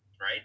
right